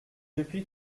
depuis